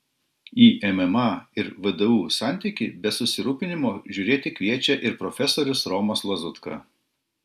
į mma ir vdu santykį be susirūpinimo žiūrėti kviečia ir profesorius romas lazutka